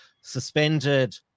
suspended